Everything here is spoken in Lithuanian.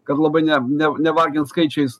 kad labai ne ne nevargint skaičiais